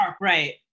right